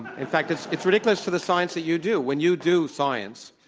in fact, it's it's ridiculous to the science that you do. when you do science,